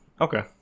okay